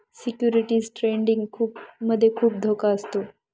securities trading मध्ये खुप धोका असतो